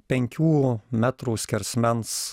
penkių metrų skersmens